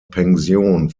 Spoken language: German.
pension